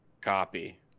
copy